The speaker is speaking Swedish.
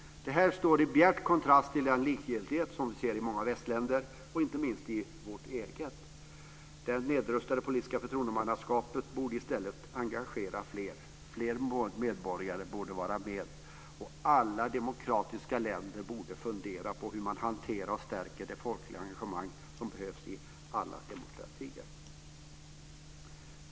Detta står i bjärt kontrast till den likgiltighet som vi ser i många västländer och inte minst i vårt eget land. Det nedrustade politiska förtroendemannaskapet borde i stället engagera fler. Fler medborgare borde vara med, och alla demokratiska länder borde fundera på hur man hanterar och stärker det folkliga engagemang som behövs i alla demokratier.